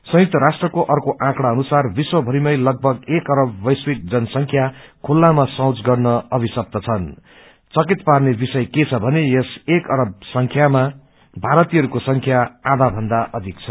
संयुक्त राष्ट्रको आर्के आकंड़ा अनुसार विश्वभरिमै लगभग एक अरब वैश्विक जनसंख्या खुल्लामा शौच गर्न अभिशप्त छनृं चाँकित पार्ने विषय के छ भने यस एक अरब जनसंख्यामा भारतीयहरूको संख्या आधा भन्दा अधिक छ